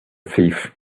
thief